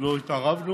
לא התערבנו.